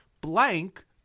Blank